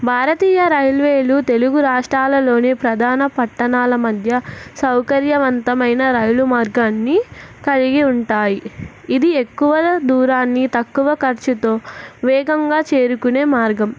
భారతీయ రైల్వేలు తెలుగు రాష్ట్రాలలోని ప్రధాన పట్టణాల మధ్య సౌకర్యవంతమైన రైలు మార్గాన్ని కలిగి ఉంటాయి ఇది ఎక్కువ దూరాన్ని తక్కువ ఖర్చుతో వేగంగా చేరుకునే మార్గం